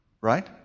Right